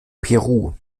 peru